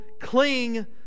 cling